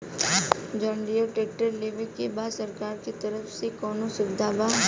John Deere tractor लेवे के बा सरकार के तरफ से कौनो सुविधा बा?